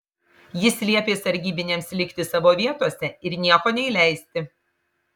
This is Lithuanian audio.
jis liepė sargybiniams likti savo vietose ir nieko neįleisti